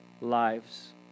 lives